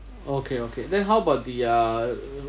okay okay then how about the uh